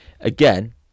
again